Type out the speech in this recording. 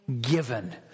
given